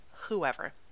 whoever